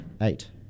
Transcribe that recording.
Eight